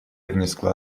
внесла